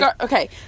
okay